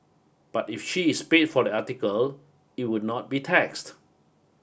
but if she is paid for the article it would not be taxed